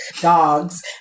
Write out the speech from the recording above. dogs